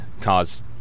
cars